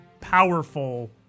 powerful